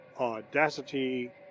audacity